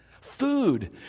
food